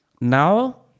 Now